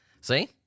See